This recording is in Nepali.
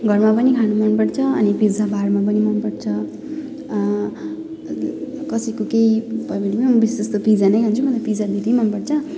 घरमा पनि खानु मनपर्छ अनि पिजा बारमा पनि मनपर्छ कसैको केही भयो भने पनि म विशेष त पिजा नै खान्छु मलाई पिजा धेरै मनपर्छ